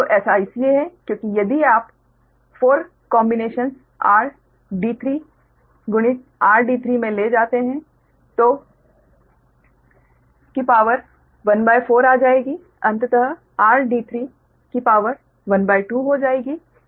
तो ऐसा इसलिए है क्योंकि यदि आप 4 संयोजनों r d3 गुणित r d3 में ले जाते हैं तो की शक्ति ¼ आ जाएगी अंततः r d3 की शक्ति ½ हो जाएगी